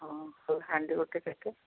ହଁ ହାଣ୍ଡି ଗୋଟେ ପ୍ୟାକେଟ୍